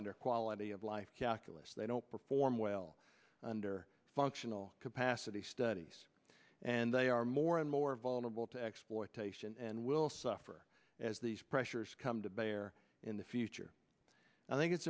under quality of life calculus they don't perform well under functional capacity studies and they are more and more vulnerable to exploitation and will suffer as these pressures come to bear in the future i think it's